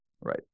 Right